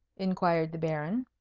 inquired the baron.